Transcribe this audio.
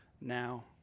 now